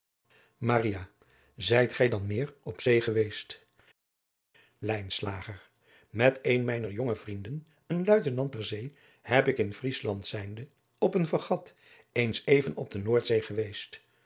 maria gij zijt dan meer op zee geweest lijnslager met een mijner jonge vrienden een luitenant ter zee heb ik in vriesland zijnde op een fregat eens even op de noordzee geweest